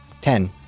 Ten